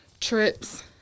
trips